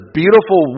beautiful